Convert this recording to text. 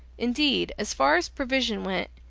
indeed, as far as provision went,